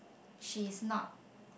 she's not